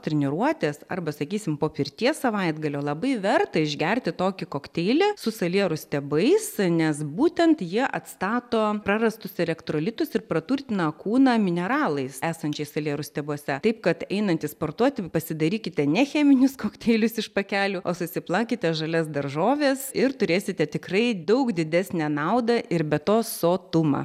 treniruotės arba sakysim po pirties savaitgalio labai verta išgerti tokį kokteilį su salierų stiebais nes būtent jie atstato prarastus elektrolitus ir praturtina kūną mineralais esančiais salierų stiebuose taip kad einantys sportuoti pasidairykite ne cheminis kokteilis iš pakelių o susiplakite žalias daržoves ir turėsite tikrai daug didesnę naudą ir be to sotumą